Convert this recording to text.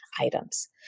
items